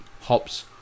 hops